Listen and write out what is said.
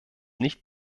nicht